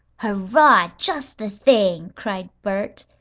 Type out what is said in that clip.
hurrah! just the thing! cried bert.